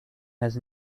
has